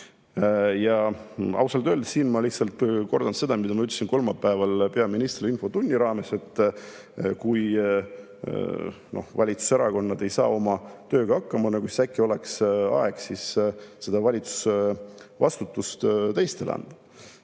Ausalt öeldes ma nüüd lihtsalt kordan seda, mida ma ütlesin kolmapäeval peaministrile infotunni raames: kui valitsuserakonnad ei saa oma tööga hakkama, siis äkki oleks aeg valitsusvastutus teistele anda.